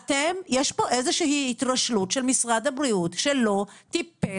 יש פה איזושהי התרשלות של משרד הבריאות שלא טיפל